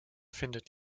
findet